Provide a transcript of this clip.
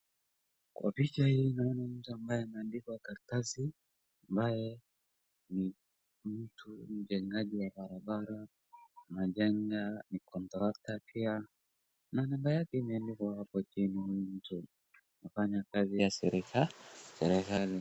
Kwa picha hii naona mtu ambaye ameandikwa karatasi ambaye ni mtu mjengaji wa barabara anajenga, ni contractor pia na namba yake imeandikwa hapo chini huyu mtu anafanya kazi ya serikali.